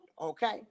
okay